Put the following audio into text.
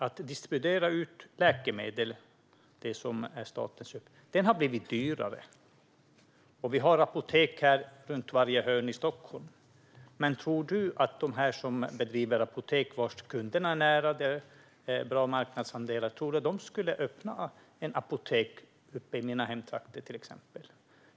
Att distribuera läkemedel, som var statens uppgift, har blivit dyrare. Och vi har apotek runt varje hörn här i Stockholm. Men tror du att de som bedriver apotek, vars kunder finns nära och som har bra marknadsandelar, skulle öppna ett apotek uppe i mina hemtrakter, till exempel?